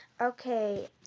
Okay